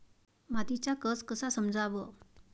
मातीचा कस कसा समजाव?